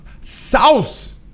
sauce